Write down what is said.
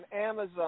Amazon